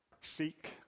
seek